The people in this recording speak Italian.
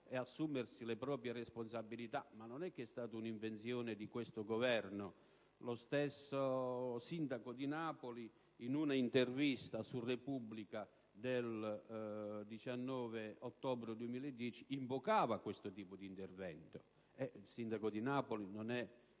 e assumersi le proprie responsabilità, ma non è stata un'invenzione di questo Governo. Lo stesso sindaco di Napoli, in un'intervista a «la Repubblica» del 19 ottobre 2010, invocava questo tipo d'intervento. Il sindaco di Napoli non è